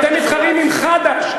אתם מתחרים עם חד"ש.